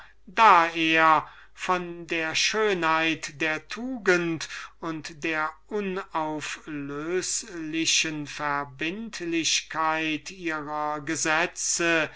da er von der schönheit der tugend und der unauflöslichen verbindlichkeit ihrer gesetze